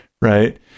right